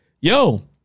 yo